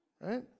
Right